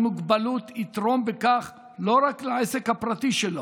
מוגבלות יתרום בכך לא רק לעסק הפרטי שלו,